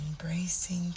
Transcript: embracing